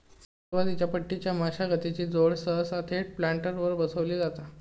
सुरुवातीच्या पट्टीच्या मशागतीची जोड सहसा थेट प्लांटरवर बसवली जाता